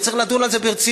וצריך לדון על זה ברצינות,